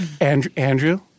Andrew